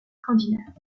scandinaves